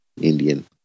Indian